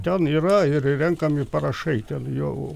ten yra ir renkami parašai ten jau